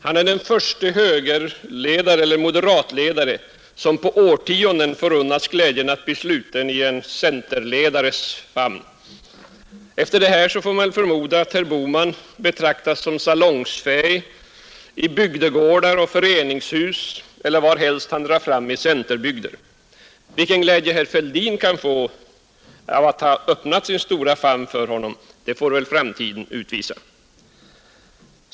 Han är den förste högereller moderatledare som på årtionden förunnats glädjen att bli sluten i en centerledares famn. Efter detta får man förmoda att herr Bohman betraktas som salongsfähig i bygdegårdar och föreningshus eller var helst han drar fram i centerbygder. Vilken glädje herr Fälldin kan få av att ha öppnat sin stora famn för honom får väl framtiden utvisa.